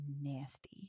Nasty